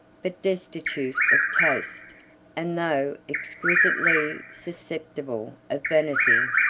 but destitute of taste and though exquisitely susceptible of vanity,